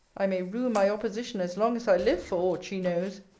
i may rue my opposition as long as i live, for aught she knows.